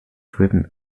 driven